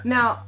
Now